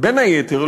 בין היתר,